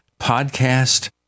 podcast